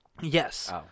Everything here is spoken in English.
Yes